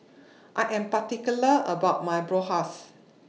I Am particular about My Bratwurst